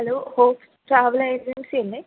hello hopes travel agency അല്ലേ